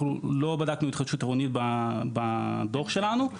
אנחנו לא בדקנו התחדשות עירונית בדוח שלנו.